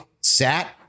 sat